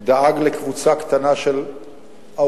דאג לקבוצה קטנה של האוכלוסייה,